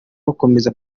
bakomeza